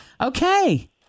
Okay